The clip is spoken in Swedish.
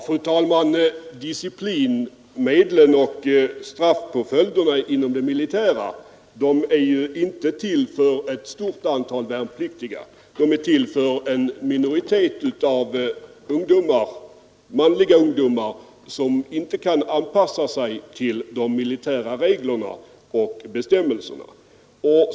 Fru talman! Disciplinmedlen och straffpåföljderna inom det militära är inte till för ett stort antal värnpliktiga — de är till för en minoritet av personer som inte kan anpassa sig till de militära reglerna och bestämmelserna.